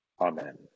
Amen